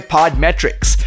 Podmetrics